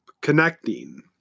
connecting